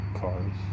cars